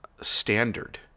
standard